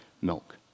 milk